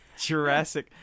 Jurassic